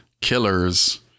killers